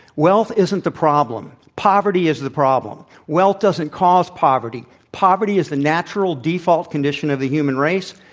wealth isn't the problem. poverty is the problem. wealth doesn't cause poverty. poverty is the natural default condition of the human race.